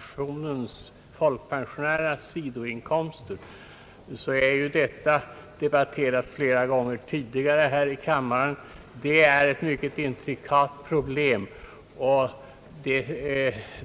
frågan om folkpensionärernas biinkomster har debatterats här i kammaren flera gånger tidigare. Det är ett mycket intrikat problem.